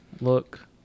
look